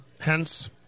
hence